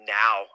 now